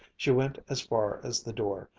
she went as far as the door,